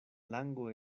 lango